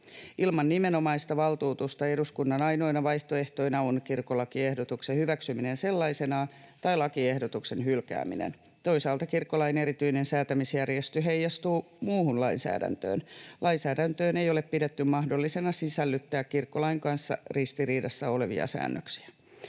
Ilman nimenomaista valtuutusta eduskunnan ainoina vaihtoehtoina ovat kirkkolakiehdotuksen hyväksyminen sellaisenaan tai lakiehdotuksen hylkääminen. Toisaalta kirkkolain erityinen säätämisjärjestys heijastuu muuhun lainsäädäntöön. Lainsäädäntöön ei ole pidetty mahdollisena sisällyttää kirkkolain kanssa ristiriidassa olevia säännöksiä.